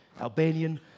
Albanian